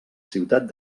ciutat